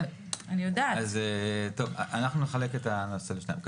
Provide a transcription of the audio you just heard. אנחנו נחלק את הנושא לשניים.